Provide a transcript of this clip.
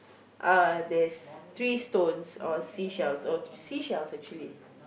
uh there's three stones or seashells or seashells actually